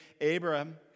Abraham